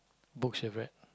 books you've read